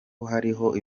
hariho